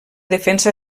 defensa